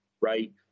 right